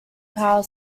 power